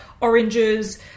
oranges